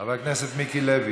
חבר הכנסת מיקי לוי.